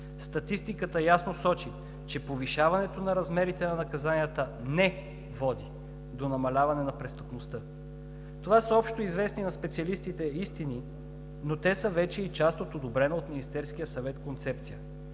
Статистиката ясно сочи, че повишаването на размерите на наказанията не води до намаляване на престъпността.“ Това са общоизвестни на специалистите истини, но те са вече и част от одобрена от